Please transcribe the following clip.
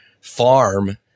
farm